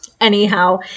Anyhow